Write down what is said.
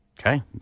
Okay